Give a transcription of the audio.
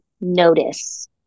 notice